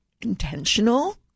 intentional